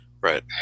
Right